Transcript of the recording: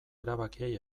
erabakiei